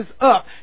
up